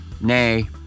nay